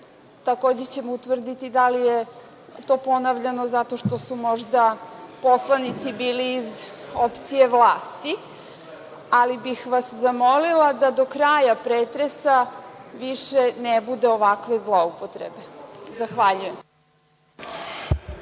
Takođe ćemo utvrditi da li je to ponavljano zato što su možda poslanici bili iz opcije vlasti, ali bih vas zamolila da do kraja pretresa više ne bude ovakve zloupotrebe. Zahvaljujem.